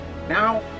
Now